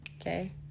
okay